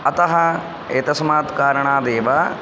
अतः एतस्मात् कारणादेव